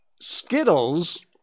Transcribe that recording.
Skittles